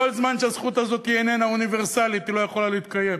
כל זמן שהזכות הזאת איננה אוניברסלית היא לא יכולה להתקיים.